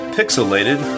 Pixelated